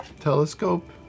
telescope